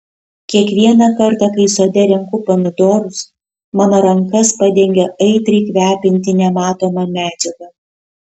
kiekvieną kartą kai sode renku pomidorus mano rankas padengia aitriai kvepianti nematoma medžiaga